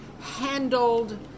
handled